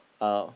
uh